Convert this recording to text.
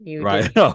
Right